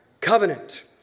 covenant